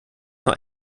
noch